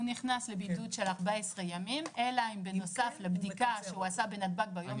הוא נכנס לבידוד של 14 ימים אלא אם בנוסף לבדיקה שהוא עשה בנתב"ג ביום